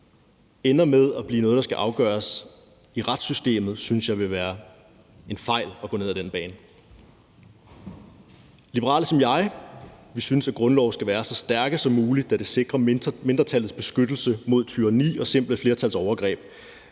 klimaet – bliver noget, der skal afgøres i retssystemet, og det ville være en fejl at gå ned ad den vej, synes jeg. Liberale som jeg synes, at grundlove skal være så stærke som muligt, da det sikrer mindretallets beskyttelse mod tyranni og simple flertals overgreb.